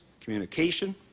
communication